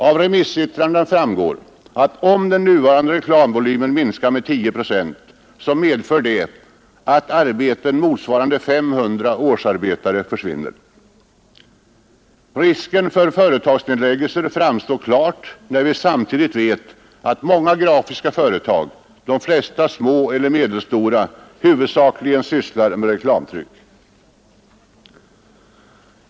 Av remissyttranden framgår att om den nuvarande reklamvolymen minskar med 10 procent, så medför detta att Risken för företagsnedläggelser framstår klart, när vi samtidigt vet att många grafiska företag — de flesta små eller medelstora — huvudsakligen sysslar med reklamtryck.